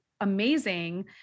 amazing